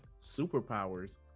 superpowers